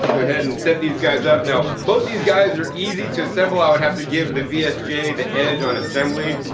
ahead and set these guys up. now both these guys are easy to assemble. i would have to give the vsj the edge on assembly.